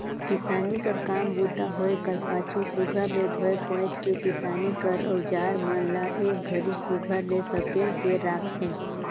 किसानी कर काम बूता होए कर पाछू सुग्घर ले धोए पोएछ के किसानी कर अउजार मन ल एक घरी सुघर ले सकेल के राखथे